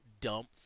dump